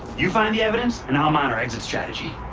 you find the evidence and i'll mind our exit strategy.